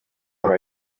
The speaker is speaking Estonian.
aga